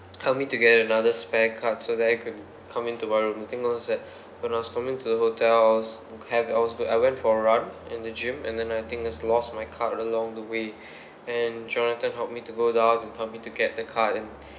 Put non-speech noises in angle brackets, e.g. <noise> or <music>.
helped me to get another spare card so that I could come in to my room the thing was that <breath> when I was coming to the hotel I was have I was I went for a run in the gym and then I think I just lost my card along the way <breath> and jonathan helped me to go down and for me to get the card and <breath>